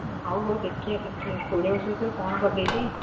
ହଉ ହଉ ଦେଖିବା ଦେଖିବା କୋଡ଼ିଏ ବର୍ଷ ଭିତରେ କ'ଣ କରିଦେଇଛି କି